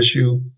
issue